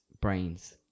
brains